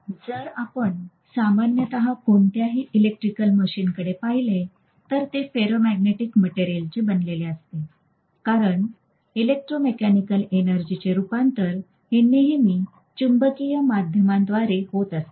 जर आपण सामान्यत कोणत्याही इलेक्ट्रिकल मशीनकडे पाहिले तर ते फेरोमॅग्नेटिक मटेरियलचे बनलेले असते कारण इलेक्ट्रोमेकॅनिकल एनर्जी चे रूपांतरण हे नेहमी चुंबकीय माध्यमांद्वारे होत असते